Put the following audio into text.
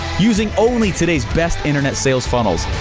using only today's best internet sales funnels.